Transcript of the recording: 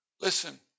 Listen